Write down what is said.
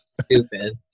stupid